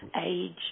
age